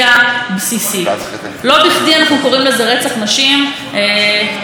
זה לא קורה או כמעט לא קורה בצד ההפוך.